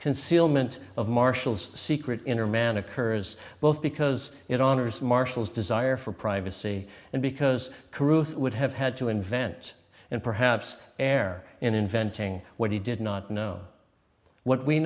concealment of marshall's secret inner man occurs both because it honors marshall's desire for privacy and because caruso would have had to invent and perhaps err in inventing what he did not know what we